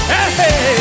Hey